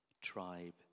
tribe